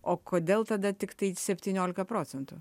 o kodėl tada tiktai septyniolika procentų